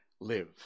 live